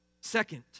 Second